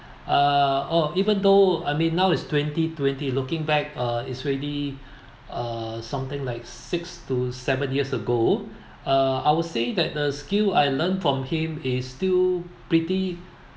uh oh even though I mean now is twenty twenty looking back uh is already uh something like six to seven years ago uh I would say that the skill I learn from him is still pretty